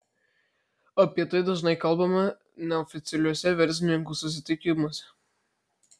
apie tai dažnai kalbama neoficialiuose verslininkų susitikimuose